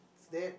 is that